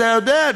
אתה יודע,